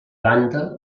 banda